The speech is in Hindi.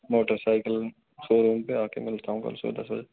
मोटरसाइकिल शोरूम पे आ के मिलता हूँ कल सुबह दस बजे